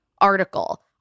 Article